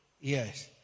Yes